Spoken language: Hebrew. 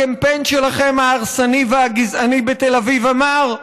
הקמפיין שלכם, ההרסני והגזעני בתל אביב אמר,